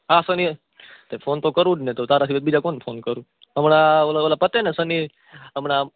આ શનિએ તે ફોન તો કરું જ ને તો તારા સિવાય તો બીજા કોને ફોન કરું હમણાં ઓલા પતે ને શનિ હમણાં